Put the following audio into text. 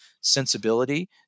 sensibility